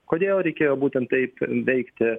kodėl reikėjo būtent taip veikti